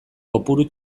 kopuru